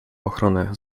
ochronę